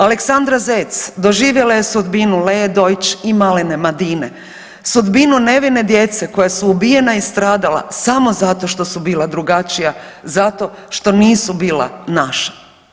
Aleksandra Zec doživjela je sudbinu Lee Deutsch i malene Madine, sudbinu nevine djece koja su ubijena i stradala samo zato što su bila drugačija, zato što nisu bila naša.